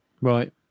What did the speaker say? Right